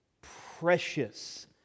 precious